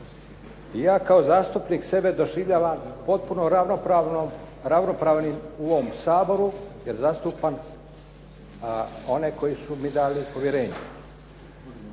ja kao zastupnik sebe doživljavam potpuno ravnopravnim u ovom Saboru jer zastupam one koji su mi dali povjerenje.